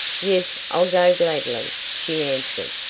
yes, i'll go gladly, she answered,